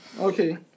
okay